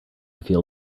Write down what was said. feel